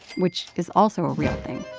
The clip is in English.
which is also a real thing